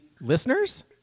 listeners